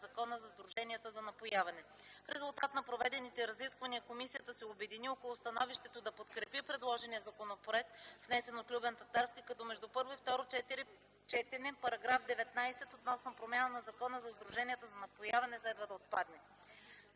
Закон за сдруженията за напояване. В резултат на проведените разисквания комисията се обедини около становището да подкрепи предложения законопроект, внесен от Любен Татарски, като между първо и второ четене § 19, относно промяна на Закона за сдруженията за напояване, следва да отпадне.